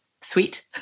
sweet